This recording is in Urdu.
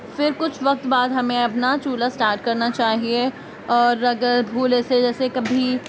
پھر کچھ وقت بعد ہمیں اپنا چولہا اسٹارٹ کرنا چاہیے اور اگر بھولے سے جیسے کبھی